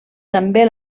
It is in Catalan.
també